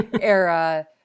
era